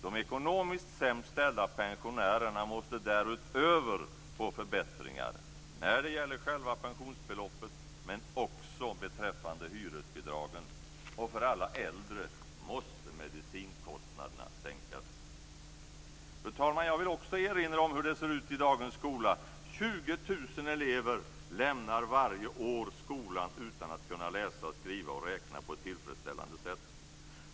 De ekonomiskt sämst ställda pensionärerna måste därutöver få förbättringar när det gäller själva pensionsbeloppet men också beträffande hyresbidragen, och för alla äldre måste medicinkostnaderna sänkas. Fru talman! Jag vill också erinra om hur det ser ut i dagens skola. 20 000 elever lämnar varje år skolan utan att kunna läsa, skriva och räkna på ett tillfredsställande sätt.